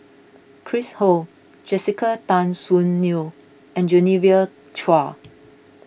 Chris Ho Jessica Tan Soon Neo and Genevieve Chua